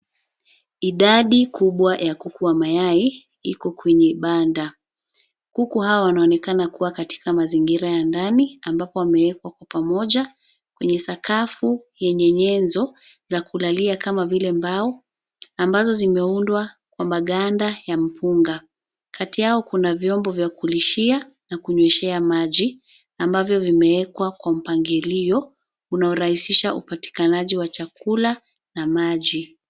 Idadi kubwa ya kuku wa mayai iko kwenye banda. Kuku hawa wanaonekana kuwa katika mazingira ya ndani ambapo wamewekwa kwa pamoja kwenye sakafu yenye nyenzo za kulalia kama vile mbao ambazo zimeundwa kwa maganda ya mkunga. Kati yao kuna vyombo vya kulishia na kunyweshea maji ambavyo vimewekwa kwa mpangilio unaorahisisha upatikanaji wa chakula na maji.